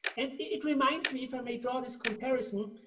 and it reminds me, if i may draw this comparison,